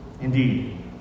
Indeed